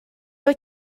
wyt